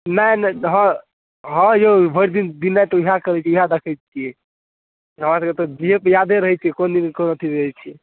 नहि नहि तऽ हँ हँ यौ भरि दिनराति इएह करै छिए इएह देखै छिए हमरासबके तऽ जीहेपर यादे रहै छै कोन दिन कोन अथी रहै छै